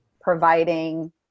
providing